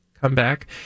comeback